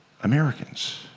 Americans